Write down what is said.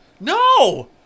No